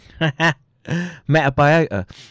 Metabiota